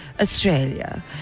Australia